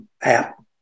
app